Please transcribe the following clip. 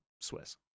Swiss